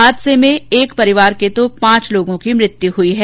हादसे में एक परिवार के तो पांच लोगों की मृत्यु हुई है